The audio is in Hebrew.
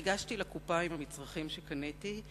ניגשתי לקופה עם המצרכים שקניתי,